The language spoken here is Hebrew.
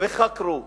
וחקרו